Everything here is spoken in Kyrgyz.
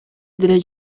деле